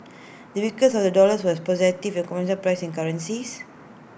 the weakness of the dollar was positive for commodities priced in the currency